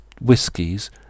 whiskies